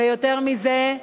ויותר מזה,